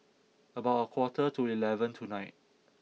about a quarter to eleven tonight